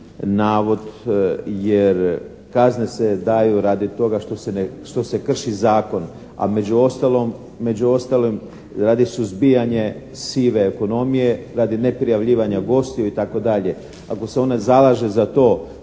navod. Jer kazne se daju radi toga što se krši zakon. A među ostalim radi suzbijanja sive ekonomije, radi neprijavljivanja gostiju itd. Ako se ona zalaže za to